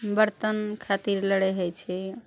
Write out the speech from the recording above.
बर्तन खातिर लड़ाइ होइ छै